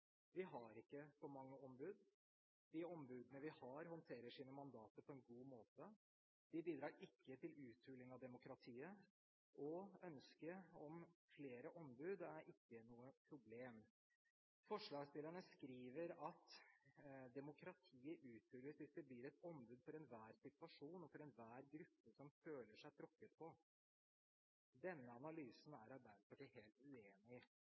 Vi har ikke for mange ombud. De ombudene vi har, håndterer sine mandater på en god måte. De bidrar ikke til uthuling av demokratiet, og ønske om flere ombud er ikke noe problem. Forslagsstillerne skriver at «demokratiet uthules hvis det blir et ombud for enhver situasjon og for enhver gruppe som føler seg tråkket på». Denne analysen er Arbeiderpartiet helt uenig i.